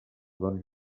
doncs